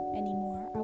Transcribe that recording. anymore